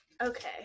Okay